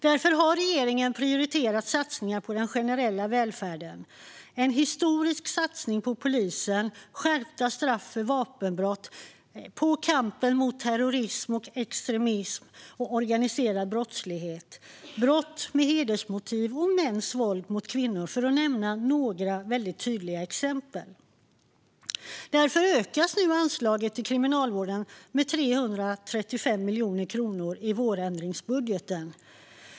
Därför har regeringen prioriterat satsningar på den generella välfärden - en historisk satsning på polisen, på skärpta straff för vapenbrott, på kampen mot terrorism, extremism och organiserad brottslighet, på brott med hedersmotiv och mäns våld mot kvinnor för att nämna några mycket tydliga exempel. Därför ökas nu anslaget till Kriminalvården med 335 miljoner kronor i vårändringsbudgeten.